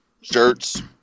Shirts